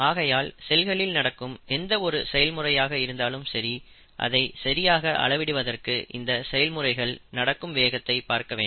ஆகையால் செல்களில் நடக்கும் எந்த ஒரு செயல்முறையாக இருந்தாலும் சரி அதை சரியாக அளவிடுவதற்கு அந்த செயல்முறைகள் நடக்கும் வேகத்தை பார்க்க வேண்டும்